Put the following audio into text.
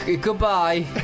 Goodbye